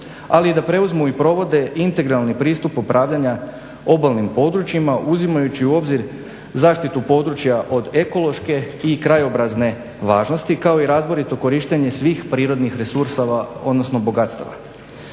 ali i da preuzmu i provode integralni pristup upravljanja obalnim područjima, uzimajući u obzir zaštitu područja od ekološke i krajobrazne važnosti, kao i razborito korištenje svih prirodnih resursa odnosno bogatstava.